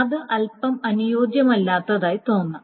ഇത് അൽപ്പം അനുയോജ്യമല്ലാത്തതായി തോന്നാം